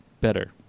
better